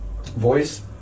voice